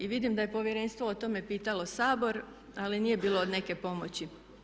Vidim da je povjerenstvo o tome pitalo Sabor ali nije bilo neke pomoći.